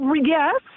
yes